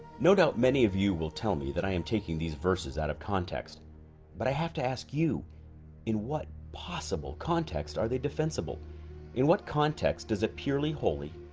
no doubt many of you will tell me that i am taking these verses out of context but i have to ask you in what possible? context are they defensible in what context is a purely holy?